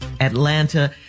Atlanta